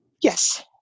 Yes